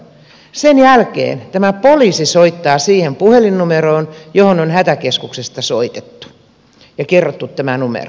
sen jälkeen tämä poliisi soittaa siihen puhelinnumeroon johon on hätäkeskuksesta soitettu ja kerrottu tämä numero